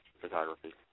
photography